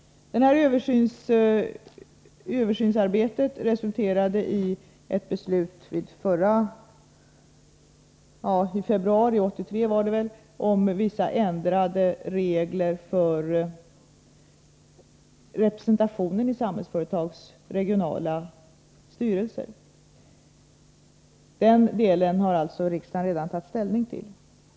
Översynsarbetet resulterade i ett beslut i februari 1983 om vissa ändrade regler för representationen i Samhällsföretags regionala styrelser. Den delen har alltså riksdagen redan tagit ställning till.